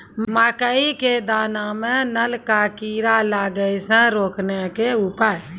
मकई के दाना मां नल का कीड़ा लागे से रोकने के उपाय?